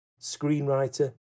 screenwriter